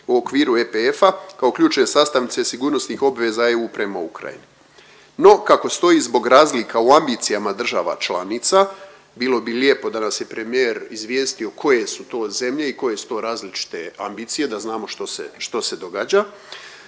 u okviru EPF-a kao ključne sastavnice sigurnosnih obveza EU prema Ukrajini. No, kako stoji zbog razlika u ambicijama država članica bilo bi lijepo da nas je premijer izvijestio koje su to zemlje i koje su to različite ambicije da znamo što se,